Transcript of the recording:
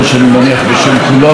אני מניח בשם כולנו,